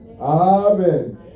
Amen